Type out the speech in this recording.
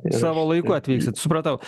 savo laiku atvyksit supratau